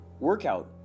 Workout